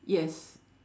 yes